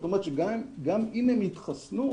זאת אומרת שגם אם הם יתחסנו,